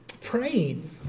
praying